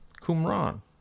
Qumran